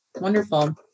Wonderful